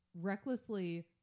recklessly